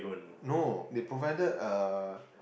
no they provided uh